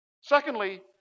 Secondly